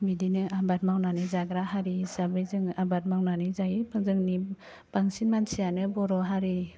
बिदिनो आबाद मावनानै जाग्रा हारि हिसाबै जोङो आबाद मावनानै जायो जोंनि बांसिन मानसियानो बर' हारि